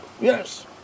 Yes